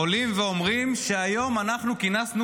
עולים ואומרים שהיום אנחנו כינסנו